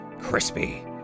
Crispy